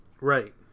Right